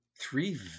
Three